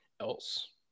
else